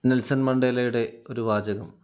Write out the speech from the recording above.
Nelson മണ്ടേലയുടെ ഒരു വാചകം